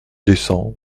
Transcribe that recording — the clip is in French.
descend